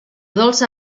dolça